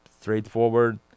straightforward